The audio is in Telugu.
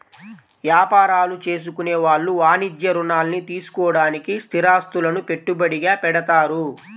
యాపారాలు చేసుకునే వాళ్ళు వాణిజ్య రుణాల్ని తీసుకోడానికి స్థిరాస్తులను పెట్టుబడిగా పెడతారు